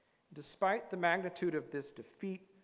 despite the magnitude of this defeat,